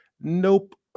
Nope